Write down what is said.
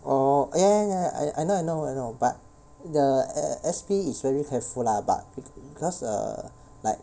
oh ya ya ya I know I know I know but the S S_P is very careful lah but cause err like